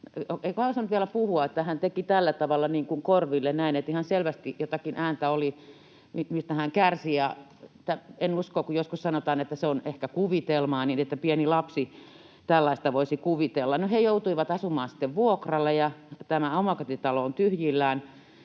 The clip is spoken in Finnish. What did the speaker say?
joka ei osannut vielä puhua, että hän teki tällä tavalla, niin kuin korville näin, [Puhuja painaa käsillä korviaan] että ihan selvästi jotakin ääntä oli, mistä hän kärsi. En usko — kun joskus sanotaan, että se on ehkä kuvitelmaa — että pieni lapsi tällaista voisi kuvitella. No, he joutuivat asumaan sitten vuokralla, ja tämä omakotitalo on tyhjillään,